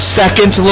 second